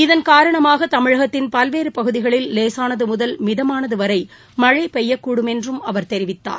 இதன் காரணமாக தமிழகத்தின் பல்வேறு பகுதிகளில் லேசானது முதல் மிதமானது வரை மழை பெய்யக்கூடும் என்றும் அவர் தெரிவித்தார்